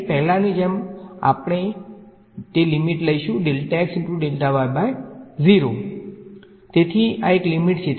તેથી પહેલાની જેમ આપણે તે લીમીટ લઈશું તેથી આ એક લીમીટ છે